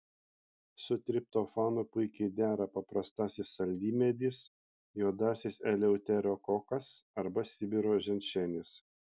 su triptofanu puikiai dera paprastasis saldymedis juodasis eleuterokokas arba sibiro ženšenis